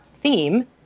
theme